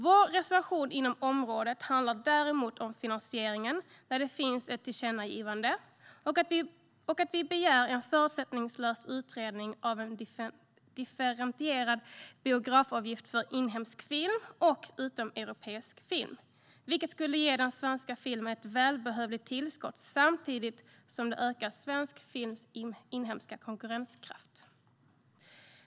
Vår reservation handlar om finansiering, och det finns ett tillkännagivande. Vi begär en förutsättningslös utredning av en differentierad biografavgift för inhemsk film och utomeuropeisk film. Det skulle ge den svenska filmen ett välbehövligt tillskott samtidigt som det ökar svensk films inhemska konkurrenskraft.